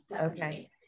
Okay